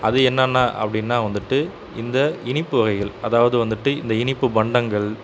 அது என்னான்னால் அப்படின்னா வந்துட்டு இந்த இனிப்பு வகைகள் அதாவது வந்துட்டு இந்த இனிப்பு பண்டங்கள்